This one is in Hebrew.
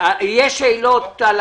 יש שאלות על